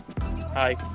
Hi